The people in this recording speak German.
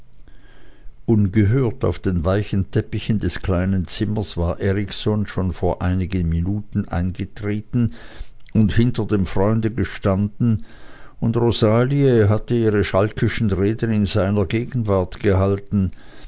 ungehört auf den weichen teppichen des kleinen zimmers war erikson schon vor einigen minuten eingetreten und hinter dem freunde gestanden und rosalie hatte ihre schalkischen reden in seiner gegenwart gehalten